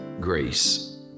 grace